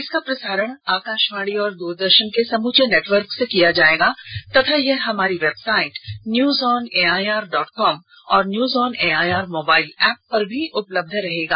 इसका प्रसारण आकाशवाणी और दूरदर्शन को समुचे नेटवर्क से किया जाएगा तथा यह हमारी website news on AIR dot com और news on AIR mobile app पर भी उपलब्ध होगा